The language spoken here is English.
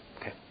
Okay